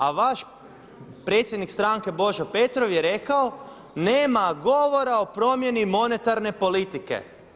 A vaš predsjednik stranke Božo Petrov jer rekao nema govora o promjeni monetarne politike.